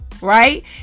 right